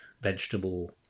vegetable